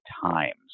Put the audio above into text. times